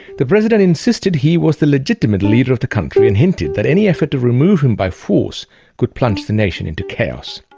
the president insisted he was the legitimate leader of the country and hinted that any effort to remove him by force could plunge to the nation into chaos.